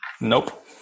Nope